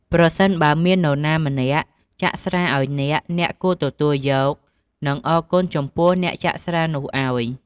ប្រសិនបើមាននរណាម្នាក់ចាក់ស្រាអោយអ្នក អ្នកគួរទទួលយក និងអរគុណចំពោះអ្នកចាក់ស្រានោះអោយ។